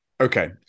Okay